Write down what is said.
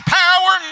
power